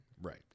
Right